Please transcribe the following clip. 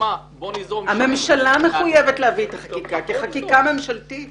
הממשלה מחויבת להביא את החקיקה כחקיקה ממשלתית